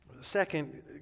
Second